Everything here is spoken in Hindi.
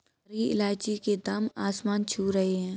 हरी इलायची के दाम आसमान छू रहे हैं